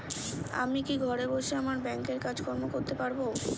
আমি কি ঘরে বসে আমার ব্যাংকের কাজকর্ম করতে পারব?